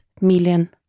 million